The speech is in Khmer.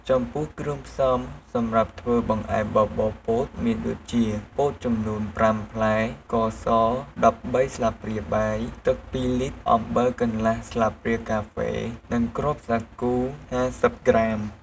ចំពោះគ្រឿងផ្សំសម្រាប់ធ្វើបង្អែមបបរពោតមានដូចជា ពោតចំនួន ៥ផ្លែ ស្ករស១៣ស្លាបព្រាបាយ ទឹក២លីត្រ អំបិលកន្លះស្លាបព្រាកាហ្វេ និងគ្រាប់សាគូ៥០ក្រាម។